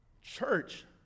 Church